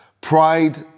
Pride